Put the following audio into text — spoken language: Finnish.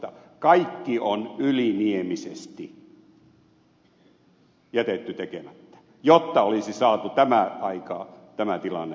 kaikki on yliniemisesti jätetty tekemättä jotta olisi saatu aikaan tämä tilanne mikä nyt on